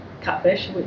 catfish